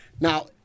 Now